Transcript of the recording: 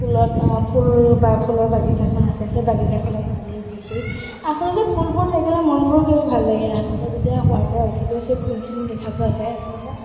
ফুলত ফুল বা ফুলৰ বাগিচাখন আছে সেই বাগিচাখনত পানী দি কৰি আচলতে ফুলবোৰ থাকিলে মনবোৰ কিবা ভাল লাগে ৰাতিপুৱা যেতিয়া শুৱাৰ পৰা উঠি গৈ সেই ফুলখিনি দেখা পোৱা যায়